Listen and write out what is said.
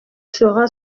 sera